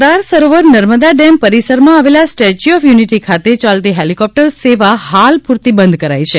સરદાર Sarovar Narmada dam પરિસરમાં આવેલા Statue of Unity ખાતે યાલતી ફેલિક્રોપ્ટર સેવા હાલ પૂરતી બંધ કરાઈ છે